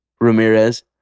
Ramirez